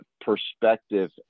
perspective